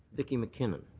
nikki mckinn. and